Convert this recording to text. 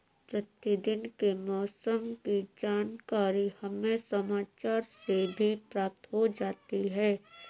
प्रतिदिन के मौसम की जानकारी हमें समाचार से भी प्राप्त हो जाती है